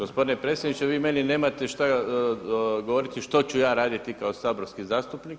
Gospodine predsjedniče, vi meni nemate šta govoriti što ću ja raditi kao saborski zastupnik.